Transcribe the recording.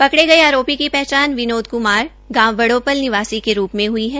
पकड़े गये आरोपी की पहचान विनोद क्मार गांव बड़ोपल निवासी के रूप में हुई है